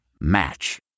Match